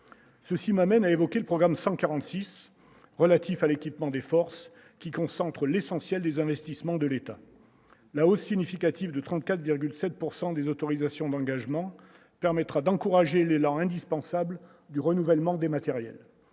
ceci m'amène à évoquer le programme 146 relatif à l'équipement des forces qui concentre l'essentiel des investissements de l'État, la hausse significative de 34,7 pourcent des autorisations d'engagement permettra d'encourager l'élan indispensable du renouvellement des matériels